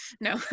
No